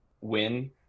win